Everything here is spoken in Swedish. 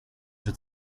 för